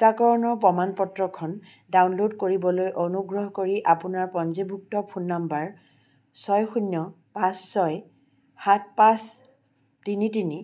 টীকাকৰণৰ প্ৰমাণপত্ৰখন ডাউনল'ড কৰিবলৈ অনুগ্ৰহ কৰি আপোনাৰ পঞ্জীভুক্ত ফোন নম্বৰ ছয় শূন্য পাঁচ ছয় সাত পাঁচ তিনি তিনি